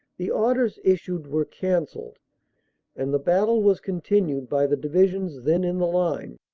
the orders issued were cancelled and the battle was continued by the divisions then in the line.